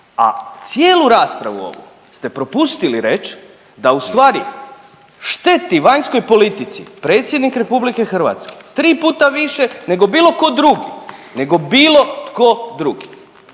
a cijelu raspravu ovu ste propustili reći da u stvari šteti vanjskoj politici predsjednik RH tri puta više nego bilo tko drugi, nego bilo tko drugi